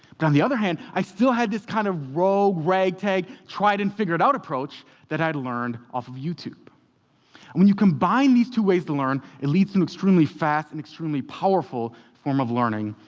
but on the other hand, i still had this kind of rogue, rag-tag, tried-and-figured-out approach that i'd learned off of youtube. and when you combine these two ways to learn, it leads to an extremely fast and extremely powerful form of learning.